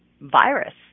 virus